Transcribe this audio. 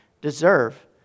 deserve